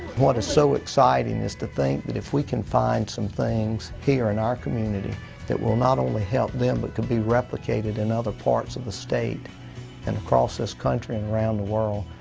what is so exciting is to think that if we can find some things here in our community that will not only help them but can be replicated in other parts of the state and across this country and around the world,